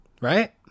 right